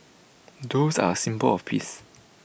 doves are symbol of peace